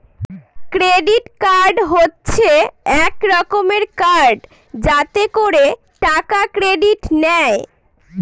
credit card হচ্ছে এক রকমের কার্ড যাতে করে টাকা ক্রেডিট নেয়